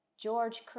George